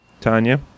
Tanya